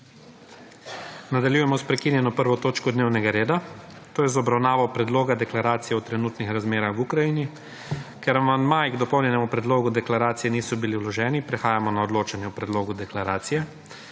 Nadaljujemo sprekinjeno 1. točko dnevnega reda, to je z obravnavo Predloga Deklaracije o trenutnih razmerah v Ukrajini. Ker amandmaji k dopolnjenemu predlogu deklaracije niso bili vloženi prehajamo na odločanje o predlogu deklaracije.